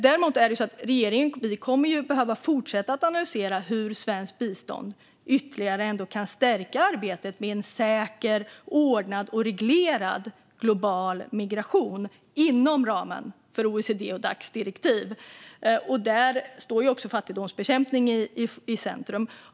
Däremot kommer regeringen att behöva fortsätta analysera hur svenskt bistånd ytterligare kan stärka arbetet med en säker, ordnad och reglerad global migration inom ramen för OECD-Dacs direktiv. Där står fattigdomsbekämpning i centrum.